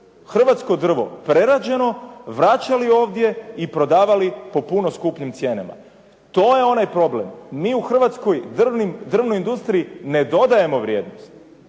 hrvatsko drvo prerađeno vraćali ovdje i prodavali po puno skupljim cijenama. To je onaj problem. Mi u hrvatskoj drvnoj industriji ne dodajemo vrijednost